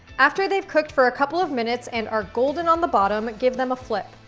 after they've cooked for a couple of minutes and are golden on the bottom, give them a flip.